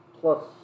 Plus